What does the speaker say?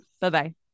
Bye-bye